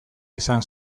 izan